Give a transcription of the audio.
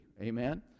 Amen